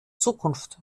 zukunft